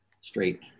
straight